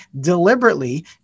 deliberately